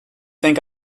think